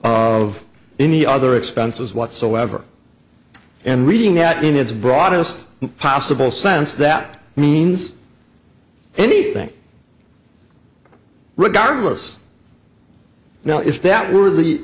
of any other expenses whatsoever and reading that in its broadest possible sense that means anything regardless now if that were the